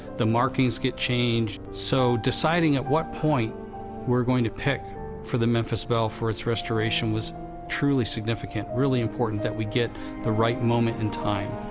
the markings get changed. so deciding at what point we're going to pick for the memphis belle for its restoration was truly significant. really important that we get the right moment in time.